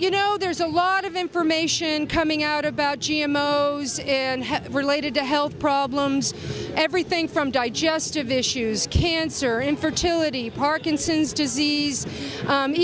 you know there's a lot of information coming out about g m o o's in related to health problems everything from digestive issues cancer infertility parkinson's disease